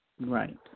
Right